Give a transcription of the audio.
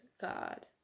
God